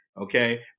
Okay